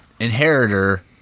inheritor